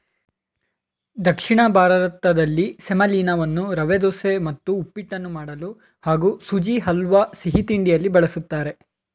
ದಕ್ಷಿಣ ಭಾರತದಲ್ಲಿ ಸೆಮಲೀನವನ್ನು ರವೆದೋಸೆ ಮತ್ತು ಉಪ್ಪಿಟ್ಟನ್ನು ಮಾಡಲು ಹಾಗೂ ಸುಜಿ ಹಲ್ವಾ ಸಿಹಿತಿಂಡಿಯಲ್ಲಿ ಬಳಸ್ತಾರೆ